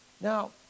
Now